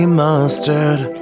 mustard